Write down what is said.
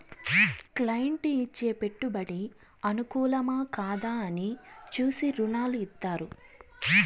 client ఇచ్చే పెట్టుబడి అనుకూలమా, కాదా అని చూసి రుణాలు ఇత్తారు